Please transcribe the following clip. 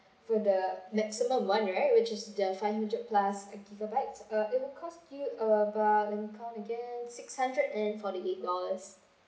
for the maximum [one] right which is the five hundred plus gigabytes uh it would cost you about let me count again six hundred and forty-eight dollars